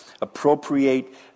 appropriate